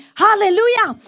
hallelujah